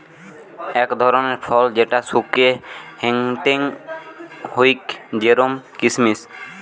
অক ধরণের ফল যেটা শুকিয়ে হেংটেং হউক জেরোম কিসমিস